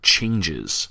Changes